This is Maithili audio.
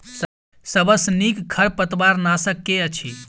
सबसँ नीक खरपतवार नाशक केँ अछि?